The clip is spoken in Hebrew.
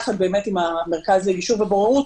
ביחד עם המרכז לגישור ובוררות,